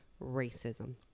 racism